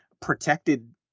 protected